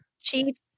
Chiefs